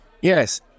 Yes